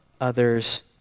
others